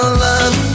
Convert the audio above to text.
love